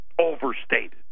overstated